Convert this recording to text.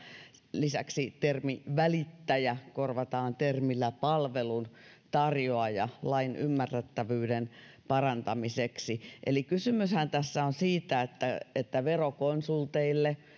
lisäksi termi välittäjä korvataan termillä palveluntarjoaja lain ymmärrettävyyden parantamiseksi eli kysymyshän tässä on siitä että että verokonsulteille